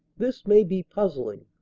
this may be puzzling,